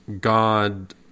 God